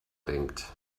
denkt